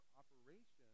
operation